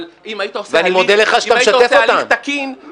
אבל אם היית עושה הליך תקין,